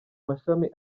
mashami